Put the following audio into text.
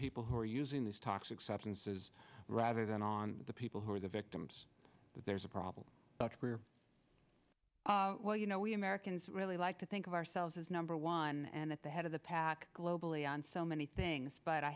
people who are using these toxic substances rather than on the people who are the victims but there's a problem here well you know we americans really like to think of ourselves as number one and at the head of the pack globally on so many things but i